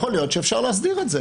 יכול להיות שאפשר להסדיר את זה.